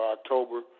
October